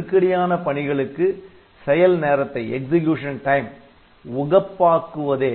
எனவே நெருக்கடியான பணிகளுக்கு செயல் நேரத்தை உகப்பாக்குவதே